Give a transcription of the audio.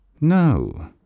No